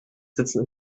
sitzen